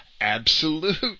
absolute